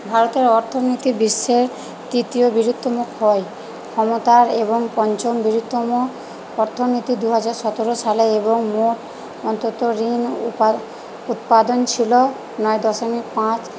ভারতের অর্থনীতি বিশ্বের তৃতীয় বৃহত্তম হয় ক্ষমতার এবং পঞ্চম বৃহত্তম অর্থনীতি দুহাজার সতেরো সালে এবং মোট অন্তত ঋণ উপায়ে উৎপাদন ছিল নয় দশমিক পাঁচ